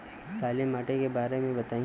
काला माटी के बारे में बताई?